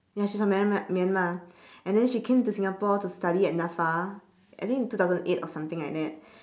ya she's from myanma~ myanmar and then she came to singapore to study at NAFA I think two thousand eight or something like that